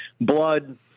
blood